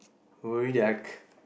worry that I